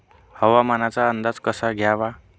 हवामानाचा अंदाज कसा घ्यावा?